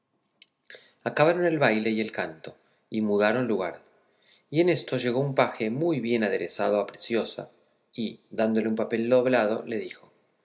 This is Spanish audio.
acabaron el baile y el canto y mudaron lugar y en esto llegó un paje muy bien aderezado a preciosa y dándole un papel doblado le dijo